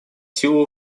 силу